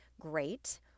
great